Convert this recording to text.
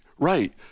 Right